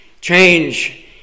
change